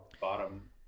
bottom